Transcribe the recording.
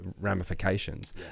ramifications